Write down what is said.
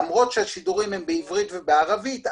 למרות שהשידורים בעברית ובערבית.